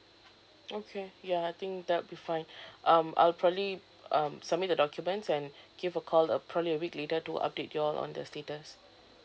okay ya I think that will be fine um I'll probably um submit the documents and give a call uh probably a week later to update you all on the status